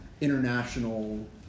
international